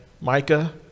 Micah